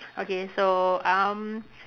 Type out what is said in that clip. okay so um